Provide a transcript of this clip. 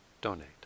donate